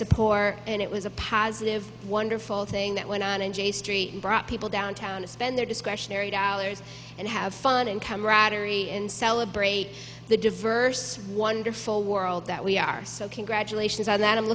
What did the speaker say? support and it was a positive wonderful thing that went on and j street brought people downtown to spend their discretionary dollars and have fun and comradery and celebrate the diverse wonderful world that we are so congratulations on that i'm